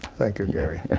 thank you, gary.